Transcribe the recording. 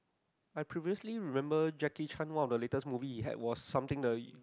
I previously remembered Jackie-Chan what the latest movie he had was something the